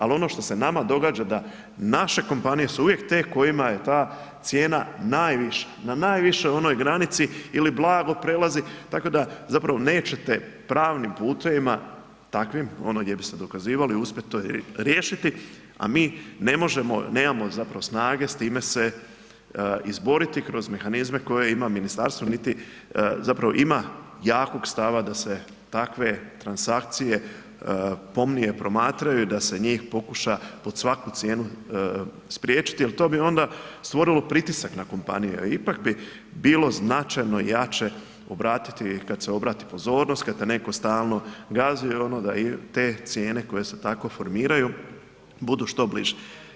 Ali ono što se nama događa da naše kompanije su uvijek te kojima je ta cijena najviša, na najvišoj onoj granici ili blago prelazi, tako da nećete pravnim putevima takvim gdje bi se dokazivali uspjet to riješiti, a mi nemamo snage s time se izboriti kroz mehanizme koje ima ministarstvo niti ima jakog stava da se takve transakcije pomnije promatraju i da se njih pokuša pod svaku cijenu spriječiti jel to bi onda stvorilo pritisak na kompanije, ipak bi bilo značajno jače obratiti, kad se obrati pozornost, kad te netko stalno gazi da te cijene koje se tako formiraju budu što bliže.